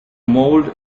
mold